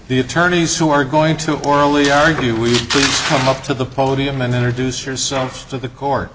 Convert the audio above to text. the attorneys who are going to orally are you we come up to the podium and introduce yourself to the court